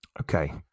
okay